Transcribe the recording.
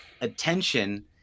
attention